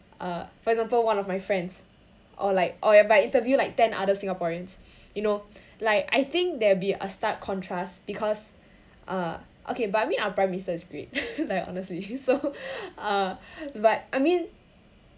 uh for example one of my friends or like or if I interview like ten other singaporeans you know like I think there'll be a stark contrast because uh okay but I mean our prime minister is great like honestly so uh but I mean